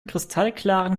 kristallklaren